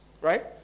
right